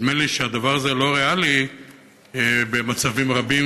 נדמה לי שהדבר הזה לא ריאלי במצבים רבים,